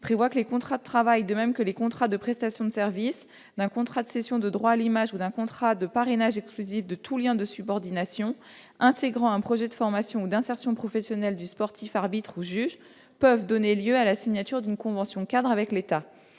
prévoit que les contrats de travail, de même que les contrats de prestation de services, les contrats de cession de droit à l'image ou les contrats de parrainage exclusif de tout lien de subordination, intégrant un projet de formation ou d'insertion professionnelle du sportif, arbitre ou juge, peuvent donner lieu à la signature d'une convention-cadre avec l'État.